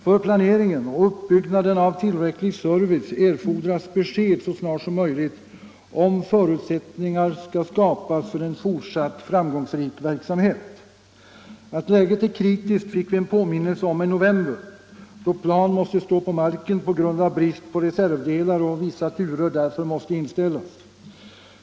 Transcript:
För planeringen av utbyggnaden av tillräcklig service erfordras besked så snart som möjligt, om förutsättningar skall skapas för en fortsatt framgångsrik verksamhet. Att läget är kritiskt fick vi en påminnelse om i november, då plan måste stå kvar på marken av brist på reservdelar och vissa turer därför måste inställas.